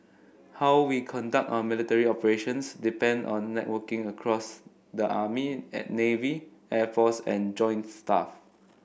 how we conduct our military operations depend on networking across the army at navy air force and joint staff